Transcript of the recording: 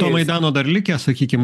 to maidano dar likę sakykim